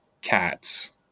cats